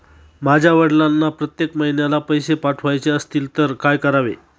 माझ्या वडिलांना प्रत्येक महिन्याला पैसे पाठवायचे असतील तर काय करावे?